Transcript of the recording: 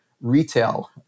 retail